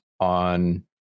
on